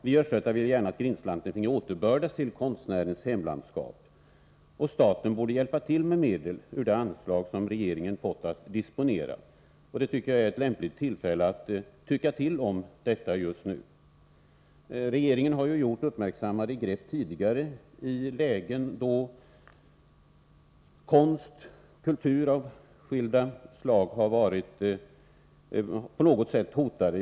Vi östgötar vill gärna att Grindslanten återbördas till konstnärens hemlandskap. Staten borde hjälpa till med medel ur det anslag som regeringen fått att disponera. Jag anser att detta är ett lämpligt tillfälle att tycka till om den saken just nu. Regeringen har ju gjort uppmärksammade ingripanden tidigare i lägen då konst och kultur av skilda slag har varit på något sätt hotade.